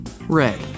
red